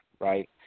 right